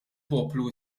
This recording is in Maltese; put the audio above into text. poplu